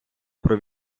про